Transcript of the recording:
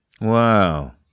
Wow